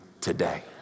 today